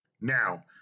Now